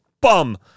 bum